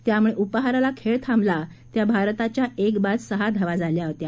त्यामुळे उपाहाराला खेळ थांबला तेव्हा भारताच्या एक बाद सहा धावा झाल्या होत्या